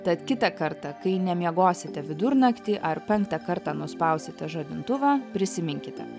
tad kitą kartą kai nemiegosite vidurnaktį ar penktą kartą nuspausite žadintuvą prisiminkite